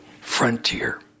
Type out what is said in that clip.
frontier